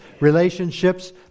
relationships